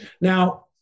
Now